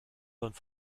bornes